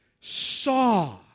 saw